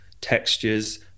textures